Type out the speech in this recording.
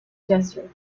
desert